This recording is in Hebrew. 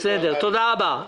בסדר, תודה רבה.